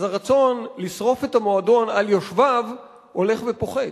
הרצון לשרוף את המועדון על יושביו הולך ופוחת.